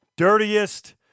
Dirtiest